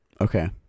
okay